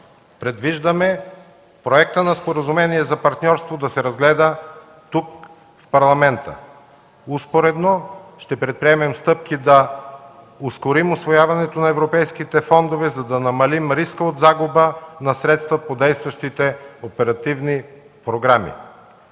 Предвиждаме проекта на Споразумение за партньорство да се разгледа тук, в Парламента. Успоредно ще предприемем стъпки да ускорим усвояването на европейските фондове, за да намалим риска от загуба на средства по действащите оперативни програми.